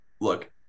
look